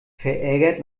verärgert